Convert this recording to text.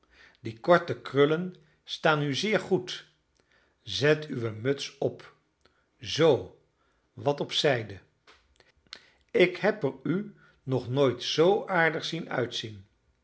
die korte krullen staan u zeer goed zet uwe muts op zoo wat op zijde ik heb er u nog nooit z aardig zien uitzien